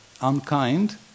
unkind